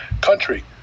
country